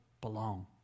belong